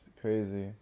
crazy